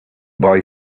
boy